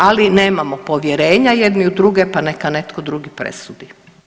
Ali nemamo povjerenja jedni u druge pa neka netko drugi presudi.